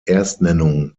erstnennung